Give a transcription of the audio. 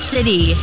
City